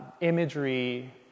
imagery